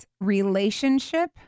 relationship